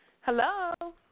Hello